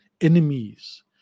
enemies